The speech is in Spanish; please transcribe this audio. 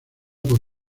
por